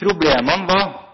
Problemene var